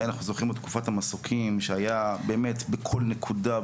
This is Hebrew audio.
אנחנו זוכרים את תקופת המסוקים שהיה באמת בכל נקודה,